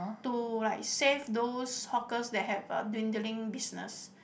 to like save those hawkers that have uh dwindling business